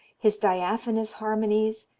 his diaphanous harmonies,